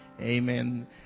Amen